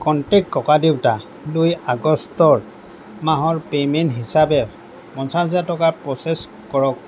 contract ককাদেউতালৈ August মাহৰ payment হিচাপে পঞ্চাছ হাজাৰ টকা প্ৰচেছ কৰক